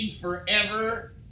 forever